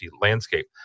landscape